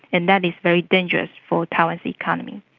and that is very dangerous for taiwan's economy.